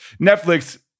netflix